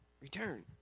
return